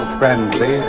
friendly